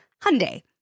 Hyundai